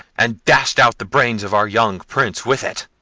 and dashed out the brains of our young prince with it,